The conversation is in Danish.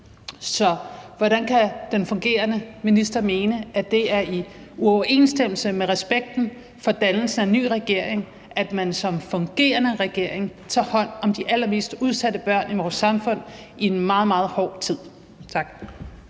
Så hvordan kan den fungerende minister mene, at det er i uoverensstemmelse med respekten for dannelsen af en ny regering, at man som fungerende regering tager hånd om de allermest udsatte børn i vores samfund i en meget, meget hård tid? Tak.